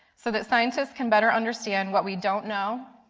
so that scientists can better understand what we don't know,